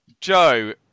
Joe